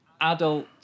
adult